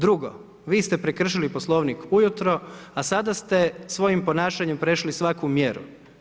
Drugo vi ste prekršili Poslovnik ujutro, a sada ste svojim ponašanjem prešli svaku mjeru.